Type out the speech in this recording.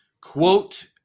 quote